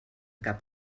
cap